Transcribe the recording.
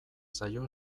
zaio